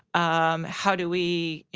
um how do we, you